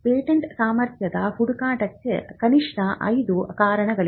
patent ಸಾಮರ್ಥ್ಯದ ಹುಡುಕಾಟಕ್ಕೆ ಕನಿಷ್ಠ 5 ಕಾರಣಗಳಿವೆ